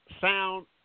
sound